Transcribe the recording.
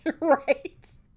Right